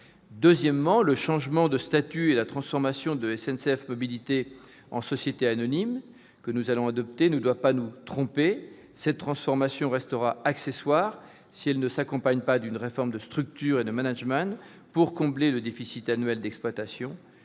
Deuxièmement, le changement de statut et la transformation de SNCF Mobilités en société anonyme ne doivent pas nous tromper : cette transformation restera accessoire si elle ne s'accompagne pas d'une réforme de structure et de management pour combler le déficit annuel d'exploitation,